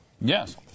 Yes